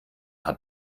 hat